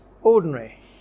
ordinary